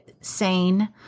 sane